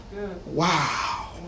Wow